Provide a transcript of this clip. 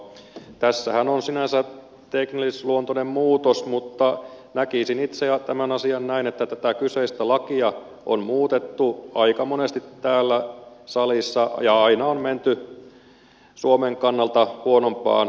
tässähän on sinänsä teknillisluontoinen muutos mutta näkisin itse tämä asian näin että kun tätä kyseistä lakia on muutettu aika monesti täällä salissa niin aina on menty suomen kannalta huonompaan suuntaan